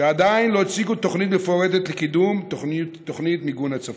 שעדיין לא הציגו תוכנית מפורטת לקידום מיגון הצפון.